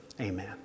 Amen